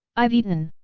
i've eaten!